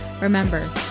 Remember